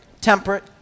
temperate